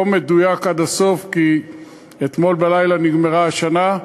לא מדויק עד הסוף כי אתמול בלילה נגמרה השנה: